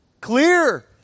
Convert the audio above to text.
Clear